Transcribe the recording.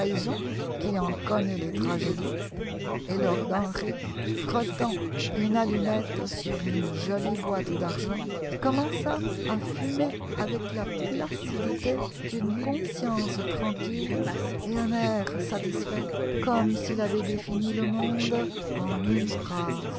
qui en connaît les tragédies et lord henry frottant une allumette sur une jolie boîte d'argent commença à fumer avec la placidité d'une conscience tranquille et un air satisfait comme s'il avait défini le monde en une phrase un